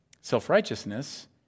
Self-righteousness